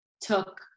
took